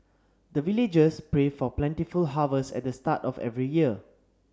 the villagers pray for plentiful harvest at the start of every year